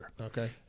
okay